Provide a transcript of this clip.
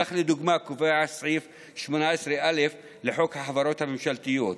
כך לדוגמה קובע סעיף 18א1 לחוק החברות הממשלתיות.